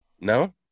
No